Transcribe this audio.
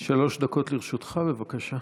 לרשותך, בבקשה.